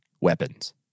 weapons